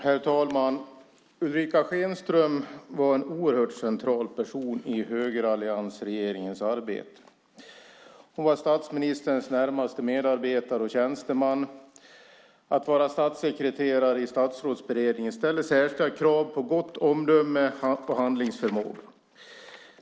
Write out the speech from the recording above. Herr talman! Ulrica Schenström var en oerhört central person i högeralliansregeringens arbete. Hon var statsministerns närmaste medarbetare och tjänsteman. Att vara statssekreterare i Statsrådsberedningen ställer särskilda krav på gott omdöme och handlingsförmåga.